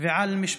ועל משפחותיהם.